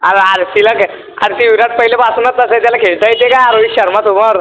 अरं आर सीला घे आर सी बीला पहिलं बासनात बसायचं त्याला खेळता येतं आहे का रोहित शर्मासमोर